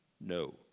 No